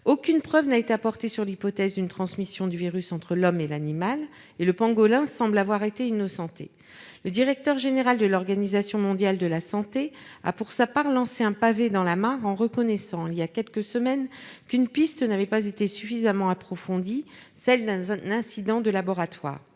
Aucune preuve n'a été apportée qui vienne confirmer l'hypothèse d'une transmission du virus entre l'homme et l'animal, et le pangolin semble avoir été innocenté ! Le directeur général de l'Organisation mondiale de la santé (OMS) a pour sa part lancé un pavé dans la mare en reconnaissant, il y a quelques semaines, qu'une piste n'avait pas été « suffisamment approfondie »: celle d'un incident de laboratoire.